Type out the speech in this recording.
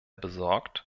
besorgt